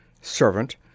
Servant